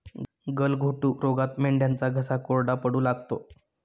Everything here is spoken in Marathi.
गलघोटू रोगात मेंढ्यांचा घसा कोरडा पडू लागतो